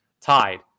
tied